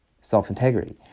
self-integrity